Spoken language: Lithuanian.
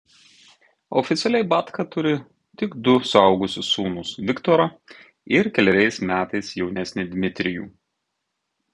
oficialiai batka turi tik du suaugusius sūnus viktorą ir keleriais metais jaunesnį dmitrijų